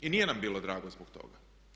I nije nam bilo drago zbog toga.